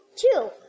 Two